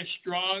strong